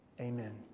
Amen